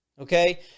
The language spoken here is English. okay